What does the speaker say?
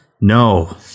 No